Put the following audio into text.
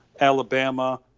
Alabama